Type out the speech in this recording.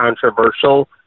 controversial